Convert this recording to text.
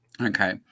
Okay